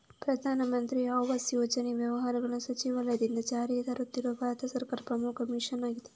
ಪ್ರಧಾನ ಮಂತ್ರಿ ಆವಾಸ್ ಯೋಜನೆ ವ್ಯವಹಾರಗಳ ಸಚಿವಾಲಯದಿಂದ ಜಾರಿಗೆ ತರುತ್ತಿರುವ ಭಾರತ ಸರ್ಕಾರದ ಪ್ರಮುಖ ಮಿಷನ್ ಆಗಿದೆ